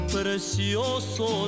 precioso